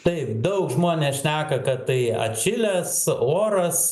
taip daug žmonės šneka kad tai atšilęs oras